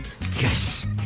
Yes